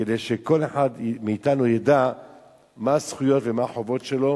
כדי שכל אחד מאתנו ידע מה הזכויות ומה החובות שלו